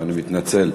אני מתנצל.